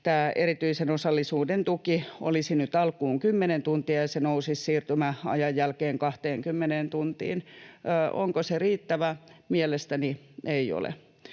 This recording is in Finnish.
erityisen osallisuuden tuki olisi nyt alkuun 10 tuntia ja se nousisi siirtymäajan jälkeen 20 tuntiin. Onko se riittävä? Mielestäni ei ole.